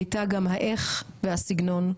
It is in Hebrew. הייתה גם האייך והסגנון,